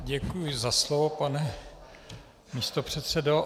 Děkuji za slovo, pane místopředsedo.